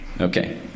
Okay